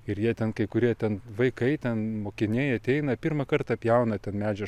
ir jie ten kai kurie ten vaikai ten mokiniai ateina pirmą kartą pjauna tne medžio